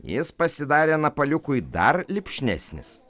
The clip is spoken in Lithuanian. jis pasidarė napaliukui dar lipšnesnis